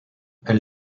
elle